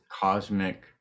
cosmic